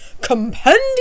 compendium